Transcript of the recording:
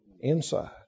inside